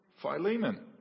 Philemon